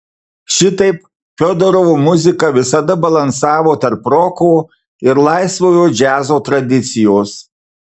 šitaip fiodorovo muzika visada balansavo tarp roko ir laisvojo džiazo tradicijos